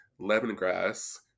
lemongrass